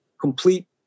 complete